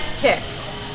kicks